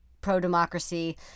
pro-democracy